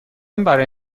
برای